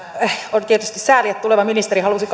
on tietysti sääli että tuleva ministeri halusi